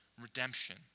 redemption